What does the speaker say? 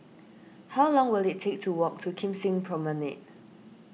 how long will it take to walk to Kim Seng Promenade